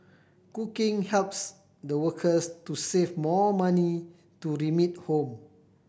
cooking helps the workers to save more money to remit home